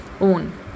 own